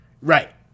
right